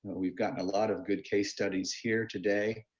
we've gotten a lot of good case studies here today,